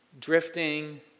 Drifting